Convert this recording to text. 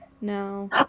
No